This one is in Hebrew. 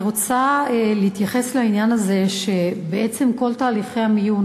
אני רוצה להתייחס לעניין הזה שבעצם כל תהליכי המיון,